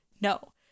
No